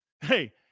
Hey